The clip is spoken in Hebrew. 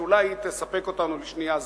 שאולי היא תספק אותנו לשנייה זו: